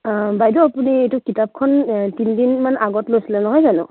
অঁ বাইদেউ আপুনি এইটো কিতাপখন তিনিদিনমান আগত লৈছিলে নহয় জানো